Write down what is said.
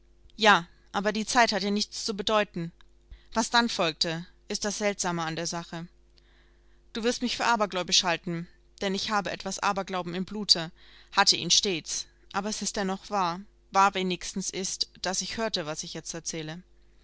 ja aber die zeit hat ja nichts zu bedeuten was dann folgte ist das seltsame an der sache du wirst mich für abergläubisch halten denn ich habe etwas aberglauben im blute hatte ihn stets aber es ist dennoch wahr wahr wenigstens ist daß ich hörte was ich jetzt erzähle